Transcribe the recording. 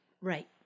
right